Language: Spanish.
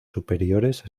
superiores